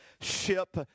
ship